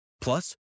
Plus